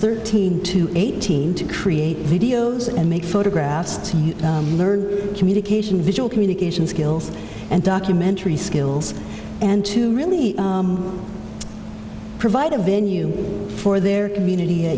thirteen to eighteen to create videos and make photographs to learn communication visual communication skills and documentary skills and to really provide a venue for their community